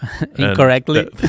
Incorrectly